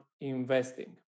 investing